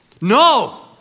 No